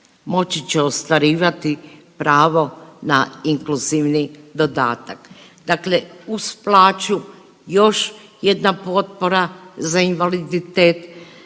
moći će ostvarivati pravo na inkluzivni dodatak. Dakle, uz plaću još jedna potpora za invaliditet